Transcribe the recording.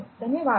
ధన్యవాదాలు